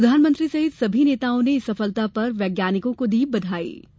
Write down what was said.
प्रधानमंत्री सहित सभी नेताओं ने इस सफलता पर वैज्ञानिकों को बधाई दी